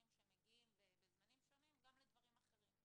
שמגיעים בזמנים שונים גם לדברים אחרים.